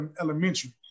Elementary